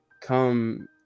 come